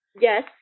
yes